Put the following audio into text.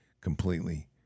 completely